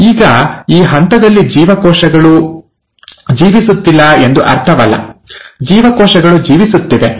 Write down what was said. ಈಗ ಈ ಹಂತದಲ್ಲಿ ಜೀವಕೋಶಗಳು ಜೀವಿಸುತ್ತಿಲ್ಲ ಎಂದು ಅರ್ಥವಲ್ಲ ಜೀವಕೋಶಗಳು ಜೀವಿಸುತ್ತಿವೆ